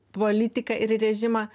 politiką ir rėžimą